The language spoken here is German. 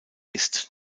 ist